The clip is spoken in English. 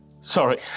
Sorry